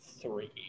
three